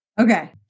Okay